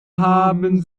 haben